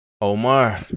Omar